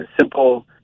simple